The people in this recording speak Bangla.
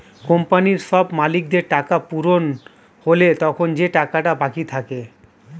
কোম্পানির সব মালিকদের টাকা পূরণ হলে তখন যে টাকাটা বাকি থাকে